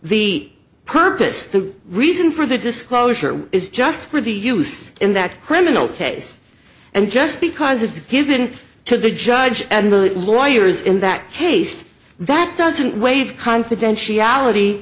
the purpose the reason for the disclosure is just pretty used in that criminal case and just because it's given to the judge and the lawyers in that case that doesn't waive confidentiality